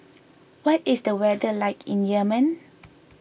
what is the weather like in Yemen